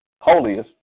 holiest